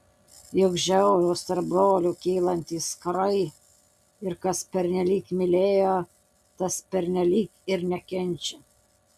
juk žiaurūs tarp brolių kylantys karai ir kas pernelyg mylėjo tas pernelyg ir nekenčia